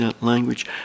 language